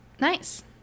Nice